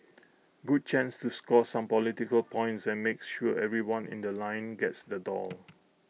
good chance to score some political points and make sure everyone in The Line gets the doll